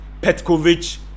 petkovic